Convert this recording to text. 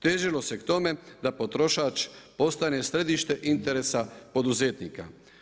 Težilo se k tome da potrošač postane središte interesa poduzetnika.